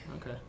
okay